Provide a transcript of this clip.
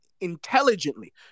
intelligently